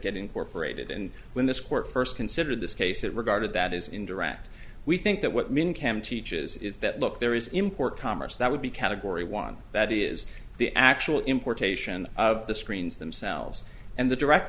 get incorporated and when this court first considered this case it regarded that as interact we think that what mein kampf teaches is that look there is import commerce that would be category one that is the actual importation of the screens themselves and the direct